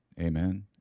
Amen